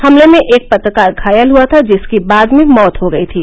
हमले में एक पत्रकार घायल हुआ था जिसकी बाद में मौत हो गई थी